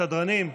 סדרנים,